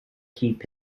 keep